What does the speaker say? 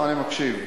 אני מקשיב.